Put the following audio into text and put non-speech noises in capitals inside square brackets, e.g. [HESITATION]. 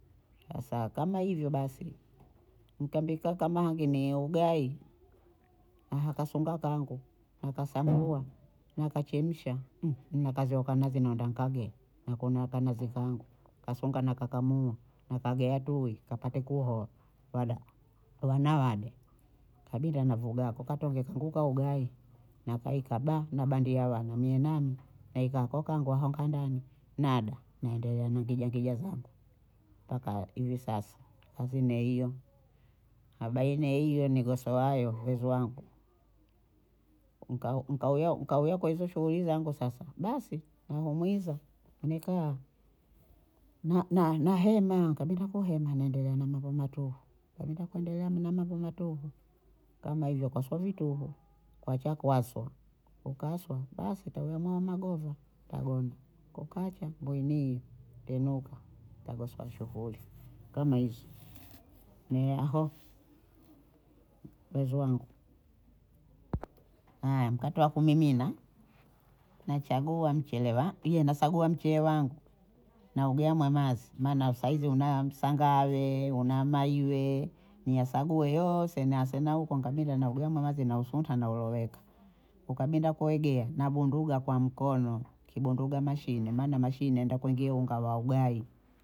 Hasa kama hivyo basi, nikampika kama wageni ugayi, aha kasunga kangu nakasambua, nakachemsha [HESITATION] nakazioka nazi nanda nikagee nakuna kanazi zangu, kasunga nakakamua. nakageya tui kapake kuhowa wada wana wade kabinda navuuga hako katonge kangu ka ugayi, nakaeka [HESITATION] ba nabandia wana mie nami, naeka kangu aho nkandani nada naendelea na ngijangija zangu mpaka hivi sasa kazi ne hiyo, haba ine hiyo nigosoayo uwezo wangu [HESITATION] nkaa nkau nkauya kwenye hizo shughuli zangu sasa basi nahomwiza nekaa, [HESITATION] na- na- nahema nikabinda kuhema naendelea na mambo matuhu, nikabinda kuendelea na mambo matuhu, kama hivyo koswa vituhu kwacha kwaso, ukaswa basi twawiya mwamagova tagona, kukacha mbweniyi inuka tagosowa nshughuli kama ne aho [HESITATION] wezo wangu. [HESITATION] Haya mkate wa kumimina, nachagua mchele [HESITATION] wa- iye nasagua mcheye wangu naugea mwe mazi maana wa sahizi una msangaawe, una mayiwe, niyasague yoose niase na huko nikabinda naugea mwe mazi nahusunta nauyoloweka, ukabinda kuegea navunduga kwa mkono, nikibunduga mashine maana mashine enda kuingia unga wa ugayi